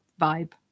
vibe